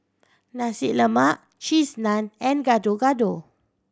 Nasi Lemak Cheese Naan and Gado Gado